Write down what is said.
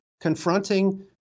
confronting